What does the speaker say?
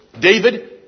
David